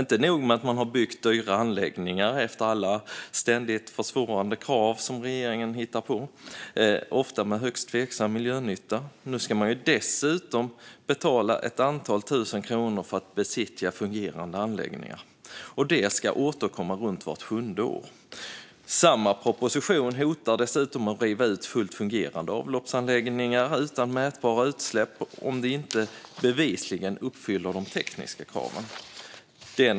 Inte nog med att man har byggt dyra anläggningar efter alla ständigt försvårande krav som regeringen hittar på, ofta med högst tveksam miljönytta - nu ska man dessutom betala ett antal tusen kronor för att besiktiga fungerande anläggningar. Det ska återkomma runt vart sjunde år. Samma proposition hotar dessutom att riva ut fullt fungerande avloppsanläggningar utan mätbara utsläpp om de inte bevisligen uppfyller de tekniska kraven.